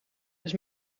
dus